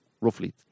Roughly